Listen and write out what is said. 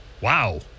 wow